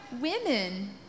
women